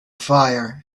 fire